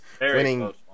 winning